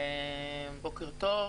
בוקר טוב.